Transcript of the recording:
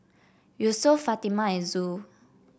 Yusuf Fatimah and Zul